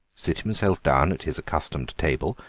sit himself down at his accustomed table,